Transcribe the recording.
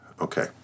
okay